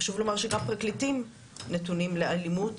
חשוב לומר שגם פרקליטים נתונים לאלימות